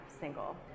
single